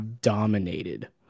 dominated